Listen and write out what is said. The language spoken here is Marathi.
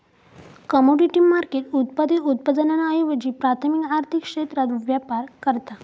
कमोडिटी मार्केट उत्पादित उत्पादनांऐवजी प्राथमिक आर्थिक क्षेत्रात व्यापार करता